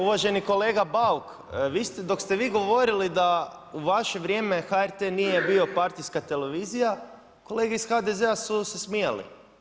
Uvaženi kolega Bauk, vi ste dok ste vi govorili da u vaše vrijeme HRT nije bio partijska televizija kolege iz HDZ-a su se smijali.